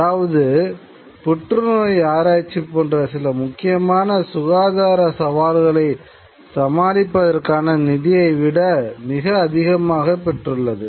அதாவது புற்றுநோய் ஆராய்ச்சி போன்ற சில முக்கியமான சுகாதார சவால்களை சமாளிப்பதற்கான நிதியை விட மிக அதிகமாக பெற்றுள்ளது